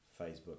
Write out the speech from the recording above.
Facebook